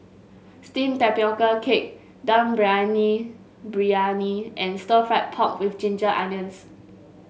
steamed Tapioca Cake Dum Briyani briyani and Stir Fried Pork with Ginger Onions